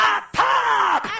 Attack